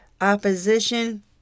opposition